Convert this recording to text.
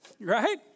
Right